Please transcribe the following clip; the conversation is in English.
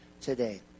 today